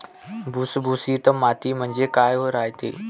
भुसभुशीत माती म्हणजे काय रायते?